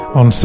on